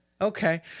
okay